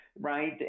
Right